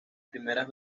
primeras